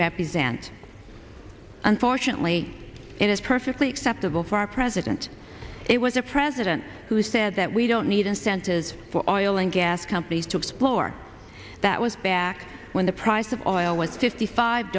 represent unfortunately it is perfectly acceptable for our president it was a president who said that we don't need incentives for all and gas companies to explore that was back when the price of oil was fifty five